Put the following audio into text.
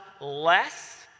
less